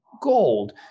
gold